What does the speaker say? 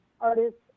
artists